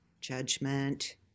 judgment